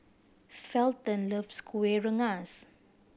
Felton loves Kueh Rengas